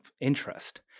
interest